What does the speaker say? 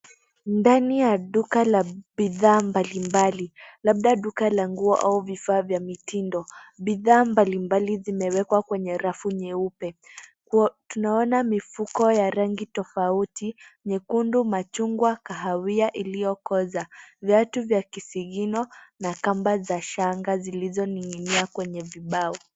Ndani ya duka la bidhaa mbalimbali labda duka la nguo au vifaa vya mitindo. Bidhaa mbalimbali vimewekwa kwenye rafu nyeupe. Tunaona mifuko ya rangi tofauti, nyekundu, machungwa, kahawia iliyokoza. Viatu vya kisingino na kamba za shanga zilizoning'inia kwenye kimbao.